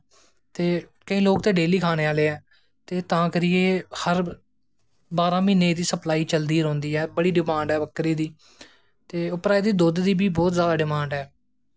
ते केईं लोग ते डेल्ली खानें आह्ले आं ते तां करियै बारां महीनें एह्दी सपलाई चलदी गै रौंह्दी ऐ बड़ी डिमांड़ ऐ बकरे दी ते उप्परा दा एह्दी दुध्द दी बी बड़ी डिमांड ऐ